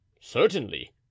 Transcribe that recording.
Certainly